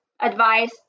Advice